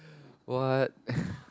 what